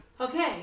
Okay